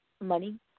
money